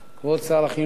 כבוד שר החינוך,